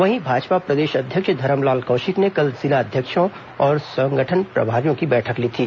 वहीं भाजपा प्रदेश अध्यक्ष धरमलाल कौशिक ने कल जिला अध्यक्षों और संगठन प्रभारियों की बैठक ली थी